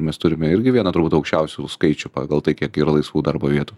mes turime irgi vieną turbūt aukščiausių skaičių pagal tai kiek yra laisvų darbo vietų